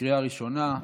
בקריאה ראשונה.